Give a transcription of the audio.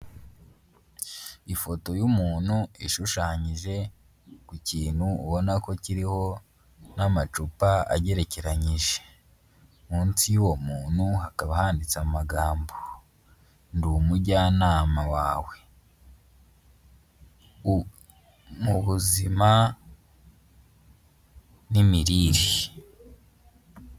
Ifoto y'umuntu ishushanyije ku kintu ubona ko kiriho n' amacupa agerekeranyije. Munsi y'uwo muntu hakaba handitse amagambo, ndi umujyanama wawe mu buzima n'imirire.